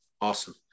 Awesome